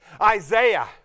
Isaiah